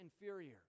inferior